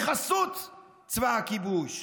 בחסות צבא הכיבוש,